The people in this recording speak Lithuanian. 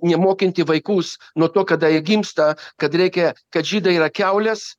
nemokinti vaikus nuo to kada jie gimsta kad reikia kad žydai yra kiaulės